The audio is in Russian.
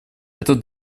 этот